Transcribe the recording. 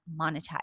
monetize